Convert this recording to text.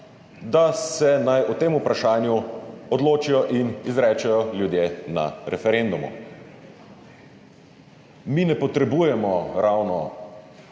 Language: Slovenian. da se naj o tem vprašanju odločijo in izrečejo ljudje na referendumu. Mi ne potrebujemo ravno